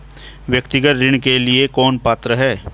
व्यक्तिगत ऋण के लिए कौन पात्र है?